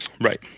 Right